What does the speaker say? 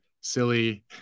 silly